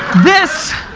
this,